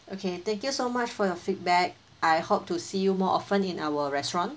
okay thank you so much for your feedback I hope to see you more often in our restaurant